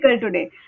today